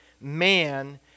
man